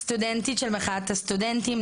סטודנטית של מחאת הסטודנטים,